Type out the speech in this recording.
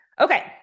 Okay